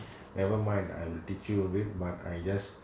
never mind I will teach you with but I just